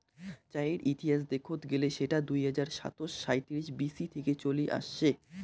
চায়ের ইতিহাস দেখত গেলে সেটা দুই হাজার সাতশ সাঁইত্রিশ বি.সি থেকে চলি আসছে